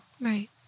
Right